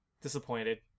disappointed